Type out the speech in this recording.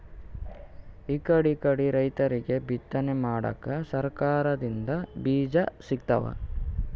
ಇಕಡಿಕಡಿ ರೈತರಿಗ್ ಬಿತ್ತನೆ ಮಾಡಕ್ಕ್ ಸರಕಾರ್ ದಿಂದ್ ಬೀಜಾ ಸಿಗ್ತಾವ್